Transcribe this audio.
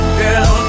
girl